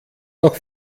noch